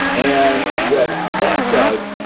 and what that does,